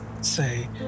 say